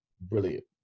Brilliant